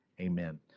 amen